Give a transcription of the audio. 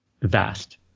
vast